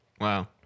Wow